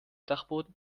dachboden